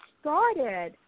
started